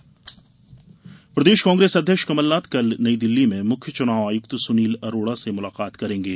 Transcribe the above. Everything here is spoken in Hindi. कांग्रेस ईवीएम प्रदेश कांग्रेस अध्यक्ष कमलनाथ कल नई दिल्ली में मुख्य चुनाव आयुक्त सुनील अरोड़ा से मुलाकात करेंगे